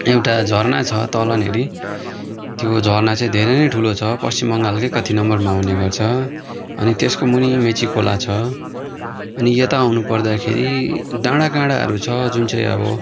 एउटा झरना छ तलनिर त्यो झरना चाहिँ धेरै नै ठुलो छ पश्चिम बङ्गालकै कति नम्बरमा आउने गर्छ अनि त्यसको मुनि मेची खोला छ अनि यता आउनु पर्दाखेरि डाँडा काँडाहरू छ जुन चाहिँ अब